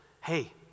hey